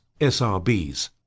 SRBs